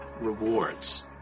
rewards